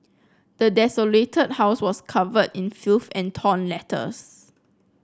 the desolated house was covered in filth and torn letters